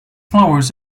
flowers